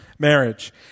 Marriage